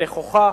נכוחה,